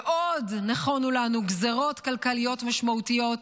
ועוד נכונו לנו גזרות כלכליות משמעותיות,